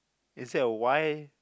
instead of Y